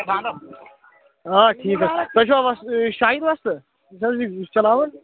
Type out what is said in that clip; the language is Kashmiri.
آ ٹھیٖک حظ تۄہہِ چھُوا یہِ شاہِد وۄستہٕ یُس حظ یہِ چھُ چلاوان